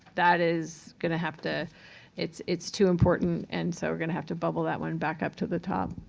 that is going to have to it's it's too important and so we're going to have to bubble that one back up to the top.